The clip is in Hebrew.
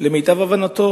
למיטב הבנתו,